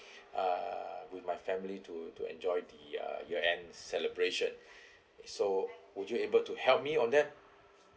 uh with my family to to enjoy the uh year end celebration so would you able to help me on that